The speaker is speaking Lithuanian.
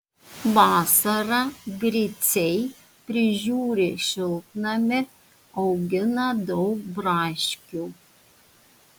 vasarą griciai prižiūri šiltnamį augina daug braškių